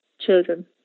children